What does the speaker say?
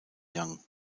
yang